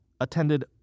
attended